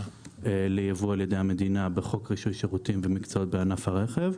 ליבוא על ידי המדינה בחוק רישוי שירותים ומקצועות בענף הרכב.